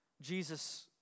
Jesus